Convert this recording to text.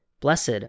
Blessed